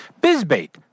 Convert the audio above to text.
bizbait